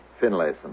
Finlayson